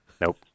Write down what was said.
Nope